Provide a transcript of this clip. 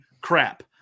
crap